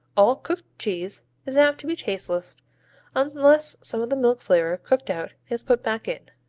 all cooked cheese is apt to be tasteless unless some of the milk flavor cooked out is put back in,